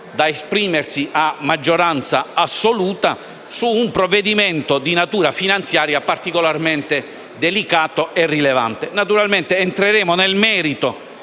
da esprimersi a maggioranza assoluta, su un provvedimento di natura finanziaria particolarmente delicato e rilevante. Naturalmente, entreremo nel merito